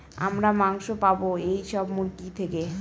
আমরা মাংস পাবো এইসব মুরগি থেকে